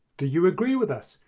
do you agree with us?